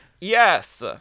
Yes